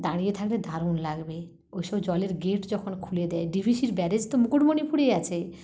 দাঁড়িয়ে থাকলে দারুণ লাগবে ওইসব জলের গেট যখন খুলে দেয় ডি ভি সির ব্যারেজ তো মুকুটমণিপুরেই আছে